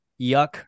yuck